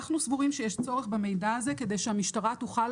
אנחנו סבורים שיש צורך במידע הזה כדי שהמשטרה תוכל